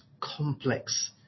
complex